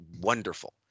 wonderful